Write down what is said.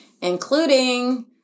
including